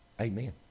Amen